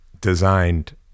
designed